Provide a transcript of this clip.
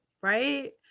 right